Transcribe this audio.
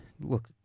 Look